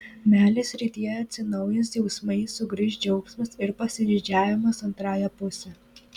meilės srityje atsinaujins jausmai sugrįš džiaugsmas ir pasididžiavimas antrąja puse